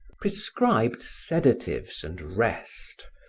prescribed sedatives and rest,